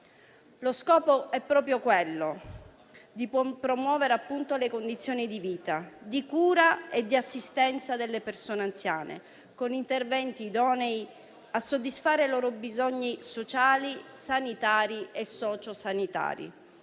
Lo scopo è proprio quello di promuovere le condizioni di vita, di cura e di assistenza delle persone anziane, con interventi idonei a soddisfare i loro bisogni sociali, sanitari e socio sanitari.